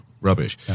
rubbish